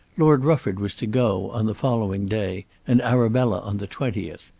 lord rufford was to go on the following day, and arabella on the twentieth.